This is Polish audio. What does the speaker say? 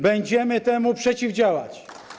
Będziemy temu przeciwdziałać.